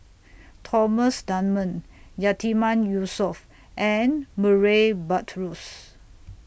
Thomas Dunman Yatiman Yusof and Murray Buttrose